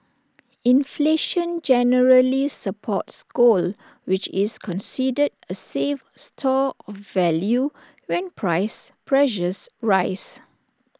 inflation generally supports gold which is considered A safe store of value when price pressures rise